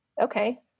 Okay